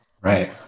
Right